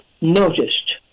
noticed